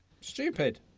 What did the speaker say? Stupid